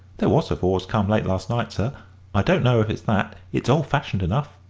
there was a vawse come late last night, sir i don't know if it's that, it's old-fashioned enough.